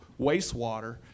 wastewater